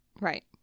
Right